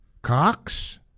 Cox